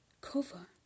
cover